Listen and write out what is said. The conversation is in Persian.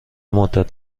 مدت